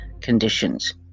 conditions